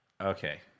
Okay